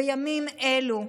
בימים אלו.